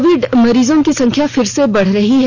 Covid मरीजों की संख्या फिर से बढ़ रही है